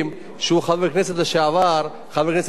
אחרי העבודה הקשה שאדוני עשה בהכנת הצעת החוק.